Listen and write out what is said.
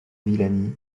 villani